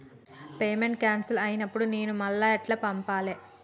Payment cancel అయినపుడు నేను మళ్ళా ఎట్ల పంపాలే?